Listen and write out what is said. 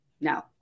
no